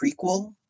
prequel